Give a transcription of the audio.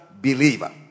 believer